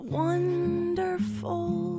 wonderful